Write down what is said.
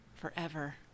Forever